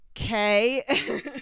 Okay